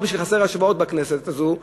לא שחסרות השוואות בכנסת הזאת,